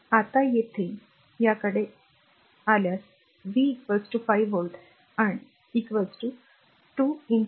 आता येथे याकडे आल्यास V 5 व्होल्ट आणि 2 V